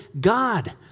God